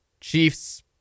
Chiefs